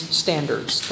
standards